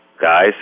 guys